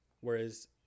Whereas